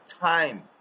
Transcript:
time